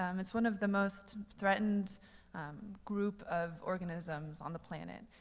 um it's one of the most threatened group of organisms on the planet.